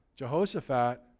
Jehoshaphat